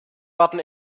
werden